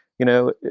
you know?